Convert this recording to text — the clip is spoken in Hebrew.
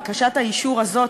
בקשת האישור הזאת,